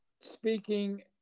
speaking